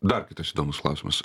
dar kitas įdomus klausimas